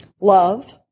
love